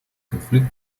конфликт